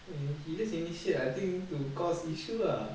he just initiate I think to cause issue ah